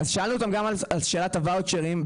שאלנו אותם גם על שאלת הוואוצ'רים.